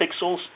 Pixels